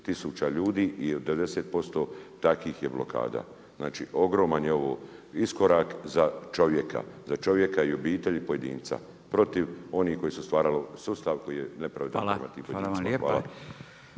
tisuća ljudi i 90% takvih je blokada. Znači ogroman je ovo iskorak za čovjeka, za čovjeka i obitelji pojedinca protiv onih koji su stvarali sustav, koji je nepravedan prema tim … Hvala.